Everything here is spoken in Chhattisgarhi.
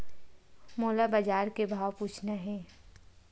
मोला बजार के भाव पूछना हे?